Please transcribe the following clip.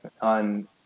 on